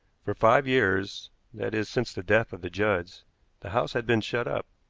for five years that is, since the death of the judds the house had been shut up.